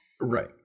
Right